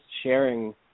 sharing